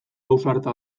ausarta